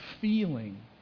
feeling